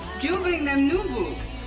you bring them new books.